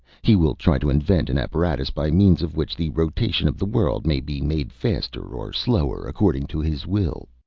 he will try to invent an apparatus by means of which the rotation of the world may be made faster or slower, according to his will.